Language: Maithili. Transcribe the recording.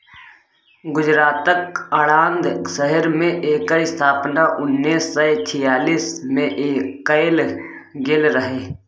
गुजरातक आणंद शहर मे एकर स्थापना उन्नैस सय छियालीस मे कएल गेल रहय